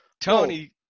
Tony